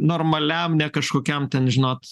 normaliam ne kažkokiam ten žinot